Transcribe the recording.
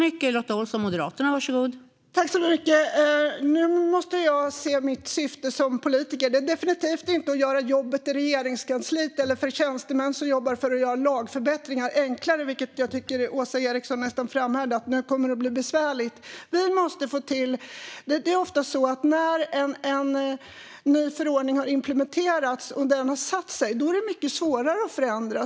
Fru talman! Nu måste jag se på mitt syfte som politiker. Det är definitivt inte att göra jobbet i Regeringskansliet eller jobbet för de tjänstemän som jobbar för att göra lagförbättringar enklare. Jag tycker att Åsa Eriksson nästan framhärdar i att det nu kommer att bli besvärligt. Det är ofta så att när en ny förordning har implementerats och satt sig är det mycket svårare att förändra.